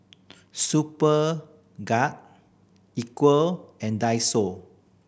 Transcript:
Superga Equal and Daiso